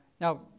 Now